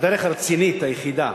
הדרך הרצינית היחידה